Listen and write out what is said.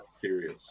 serious